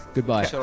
Goodbye